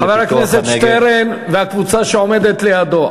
חבר הכנסת שטרן והקבוצה שעומדת לידו,